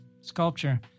sculpture